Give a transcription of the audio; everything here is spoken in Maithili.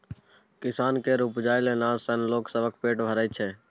किसान केर उपजाएल अनाज सँ लोग सबक पेट भरइ छै